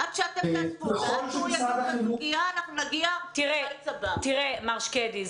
עד שאתם תאספו ועד שהוא ידון בסוגיה אנחנו נגיע --- מר שקדי,